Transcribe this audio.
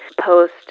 post